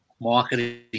marketing